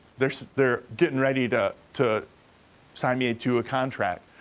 they're so they're getting ready to to sign me to a contract.